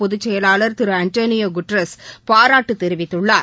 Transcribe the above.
பொதுசெயலாளர் திருஆன்டனியோகுட்ரஸ் பாராட்டுதெரிவித்துள்ளார்